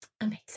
amazing